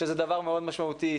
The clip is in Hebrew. שזה דבר מאוד משמעותי,